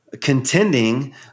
contending